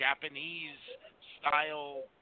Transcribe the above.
Japanese-style